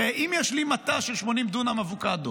הרי אם יש לי מטע של 80 דונם אבוקדו,